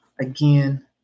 Again